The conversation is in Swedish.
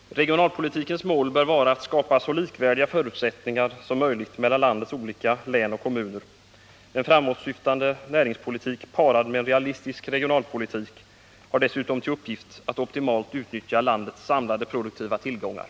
Fru talman! Regionalpolitikens mål bör vara att skapa så likvärdiga förutsättningar som möjligt mellan landets olika län och kommuner. En framåtsyftande näringspolitik parad med en realistisk regionalpolitik har dessutom till uppgift att optimalt utnyttja landets samlade produktiva tillgångar.